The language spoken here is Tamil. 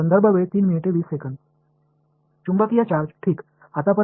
காந்த மின்னோட்டம் மற்றும் மின்சார சார்ஜ் என்றால் என்பது ஒரு